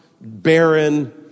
barren